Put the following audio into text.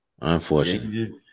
Unfortunately